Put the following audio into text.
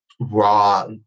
raw